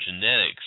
genetics